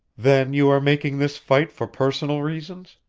then you are making this fight for personal reasons?